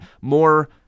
more